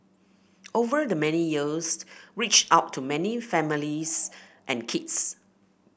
over the many years reached out to many families and kids